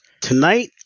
Tonight